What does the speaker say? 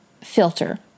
Filter